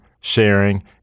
sharing